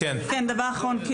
דבר אחרון.